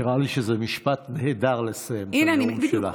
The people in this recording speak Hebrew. נראה לי שזה משפט נהדר לסיים את הנאום שלך.